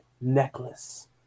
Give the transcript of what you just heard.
necklace